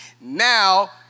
Now